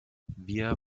wir